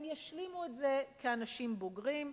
הם ישלימו את זה כאנשים בוגרים.